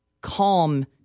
calm